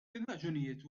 raġunijiet